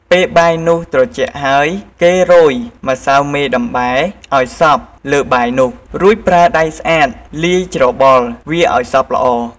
ពេលបាយនោះត្រជាក់ហើយគេរោយម្សៅមេដំបែឲ្យសព្វលើបាយនោះ រួចប្រើដៃស្អាតលាយច្របល់វាឲ្យសព្វល្អ។